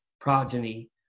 progeny